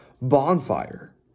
bonfire